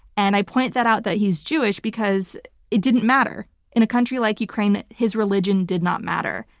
and i pointed that out that he's jewish because it didn't matter in a country like ukraine, his religion did not matter.